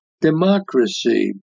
democracy